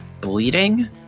bleeding